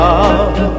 Love